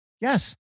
Yes